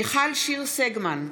מיכל שיר סגמן,